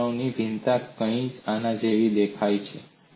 shear તણાવ ભિન્નતા કંઈક આના જેવી હશે